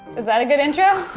is that a good intro?